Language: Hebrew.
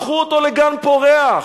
הפכו אותו לגן פורח,